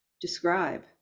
describe